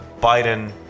Biden